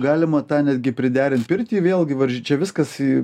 galima tą netgi priderinti pirtį vėlgi varžy čia viskas į